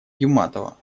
юматово